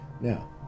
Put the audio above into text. Now